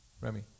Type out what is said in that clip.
Remy